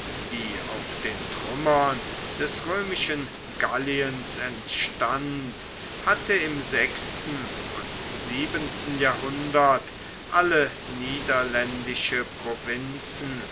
die aus den trümmern des römischen galliens entstand hatte im sechsten und siebenten jahrhundert alle niederländischen provinzen